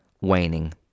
waning